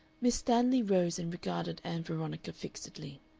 miss stanley rose and regarded ann veronica fixedly.